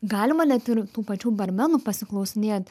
galima net ir tų pačių barmenų pasiklausinėt